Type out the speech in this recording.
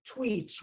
tweets